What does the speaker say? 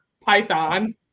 Python